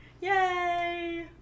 Yay